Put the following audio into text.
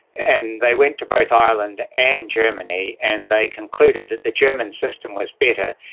and they went to both ireland and germany and they concluded that the german system was better,